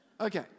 Okay